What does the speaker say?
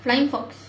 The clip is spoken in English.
flying fox